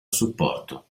supporto